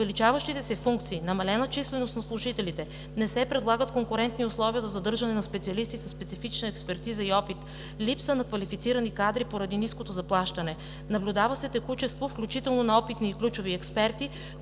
увеличаващите се функции, намалена численост на служителите, не се предлагат конкурентни условия за задържане на специалисти със специфична експертиза и опит, липса на квалифицирани кадри, поради ниското заплащане. Наблюдава се текучество, включително на опитни и ключови експерти,